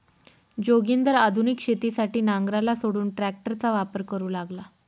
जोगिंदर आधुनिक शेतीसाठी नांगराला सोडून ट्रॅक्टरचा वापर करू लागला